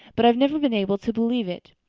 but i've never been able to believe it.